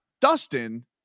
Dustin